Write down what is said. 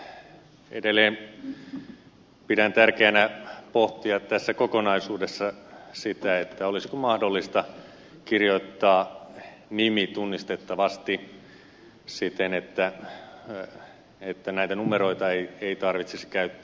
edelleen pidän tärkeänä pohtia tässä kokonaisuudessa sitä olisiko mahdollista kirjoittaa nimi tunnistettavasti siten että numeroita ei tarvitsisi käyttää